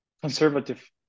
conservative